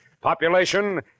Population